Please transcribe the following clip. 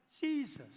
Jesus